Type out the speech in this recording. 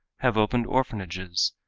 have opened orphanages,